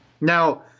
Now